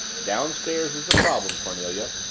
downstairs is the problem, cornelia,